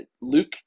Luke